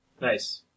Nice